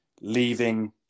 leaving